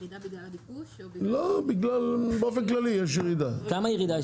באופן כללי יש ירידה,